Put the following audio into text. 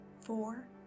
four